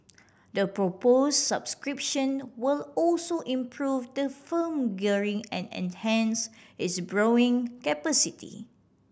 the propose subscription will also improve the firm gearing and enhance its borrowing capacity